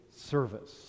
service